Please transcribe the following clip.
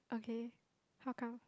okay how come